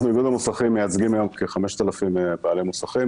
איגוד המוסכים מייצג כיום כ-5,000 בעלי מוסכים,